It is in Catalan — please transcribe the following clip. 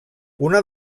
una